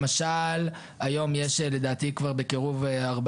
למשל היום יש לדעתי כבר בקירוב 40